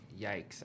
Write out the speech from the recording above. Yikes